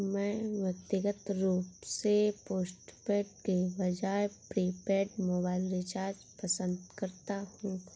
मैं व्यक्तिगत रूप से पोस्टपेड के बजाय प्रीपेड मोबाइल रिचार्ज पसंद करता हूं